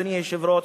אדוני היושב-ראש,